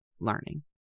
learning